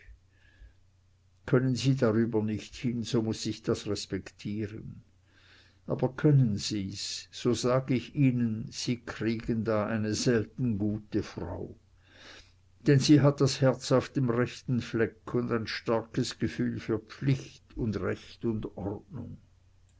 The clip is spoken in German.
können sie darüber nicht hin so muß ich das respektieren aber können sie's so sag ich ihnen sie kriegen da eine selten gute frau denn sie hat das herz auf dem rechten fleck und ein starkes gefühl für pflicht und recht und ordnung